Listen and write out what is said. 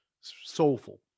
Soulful